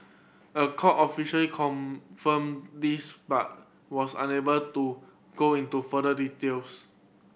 a court official confirmed this but was unable to go into further details